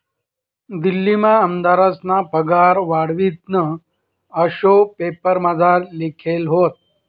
दिल्लीमा आमदारस्ना पगार वाढावतीन आशे पेपरमझार लिखेल व्हतं